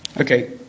Okay